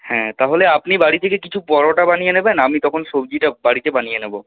হ্যাঁ তাহলে আপনি বাড়ি থেকে কিছু পরোটা বানিয়ে নেবেন আমি তখন সবজিটা বাড়িতে বানিয়ে নেব